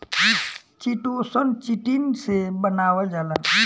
chitosan, chitin से बनावल जाला